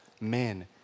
Men